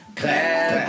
clap